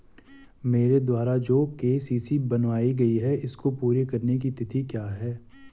मेरे द्वारा जो के.सी.सी बनवायी गयी है इसको पूरी करने की तिथि क्या है?